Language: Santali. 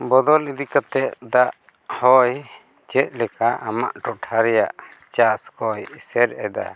ᱵᱚᱫᱚᱞ ᱤᱫᱤ ᱠᱟᱛᱮᱫ ᱫᱟᱜ ᱦᱚᱭ ᱪᱮᱫᱞᱮᱠᱟ ᱟᱢᱟᱜ ᱴᱚᱴᱷᱟ ᱨᱮᱭᱟᱜ ᱪᱟᱥᱠᱚᱭ ᱮᱥᱮᱨ ᱮᱫᱟ